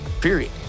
period